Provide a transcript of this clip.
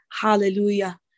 Hallelujah